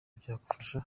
byagufasha